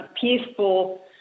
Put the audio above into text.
peaceful